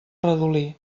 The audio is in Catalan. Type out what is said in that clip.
redolí